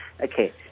Okay